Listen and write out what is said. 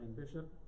bishop